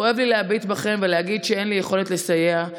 כואב לי להביט בכם ולהגיד שאין לי יכולת לסייע,